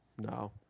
No